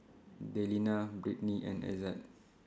Delina Brittnie and Ezzard